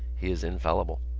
he is infallible.